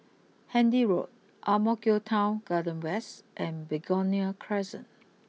Handy Road Ang Mo Kio Town Garden West and Begonia Crescent